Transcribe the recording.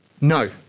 No